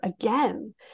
again